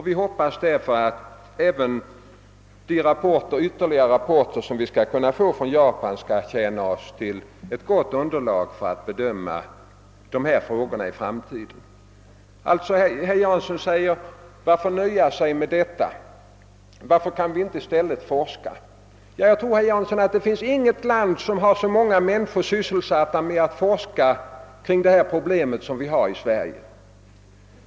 Vi hoppas att de ytterligare rapporter som vi kan få från Japan skall kunna bilda underlag för en bedömning av dessa frågor i framtiden. Herr Jansson undrar varför vi skall nöja oss med sådana informationer utifrån och varför vi inte i stället kan forska själva. Jag tror inte att det finns något land, herr Jansson, som har så många människor sysselsatta med att forska beträffande detta problem som vi har i Sverige.